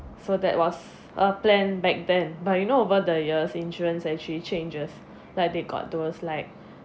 so that was a plan back then but you know over the years insurance actually changes like they got towards like